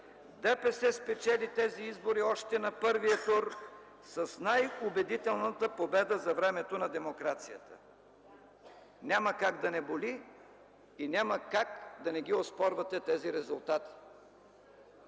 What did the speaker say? ДПС спечели тези избори още на първия тур с най-убедителната победа за времето на демокрацията. Няма как да не боли и няма как да не оспорвате тези резултати.